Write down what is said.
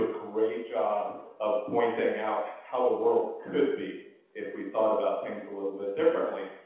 great job of point out how the world could be if we thought about things a little bit differently.